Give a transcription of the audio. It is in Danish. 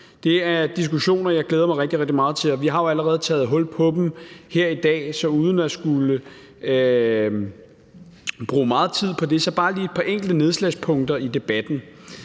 Det er diskussioner, jeg glæder mig rigtig, rigtig meget til. Vi har jo allerede taget hul på dem her i dag, så uden at skulle bruge meget tid på det vil jeg bare lige pege på et par enkelte nedslagspunkter i debatten.